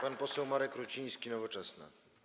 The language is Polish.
Pan poseł Marek Ruciński, Nowoczesna.